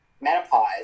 menopause